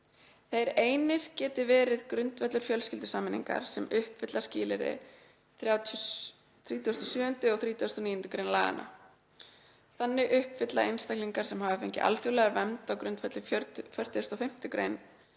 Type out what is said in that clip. þeir einir geti verið grundvöllur fjölskyldusameiningar sem uppfylla skilyrði 37. og 39. gr. laganna. Þannig uppfylli einstaklingar sem hafa fengið alþjóðlega vernd á grundvelli 45. gr. ekki